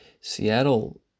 Seattle